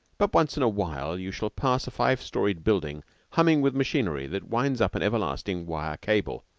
but once in awhile you shall pass a five-storied building humming with machinery that winds up an everlasting wire cable,